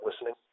listening